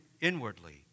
inwardly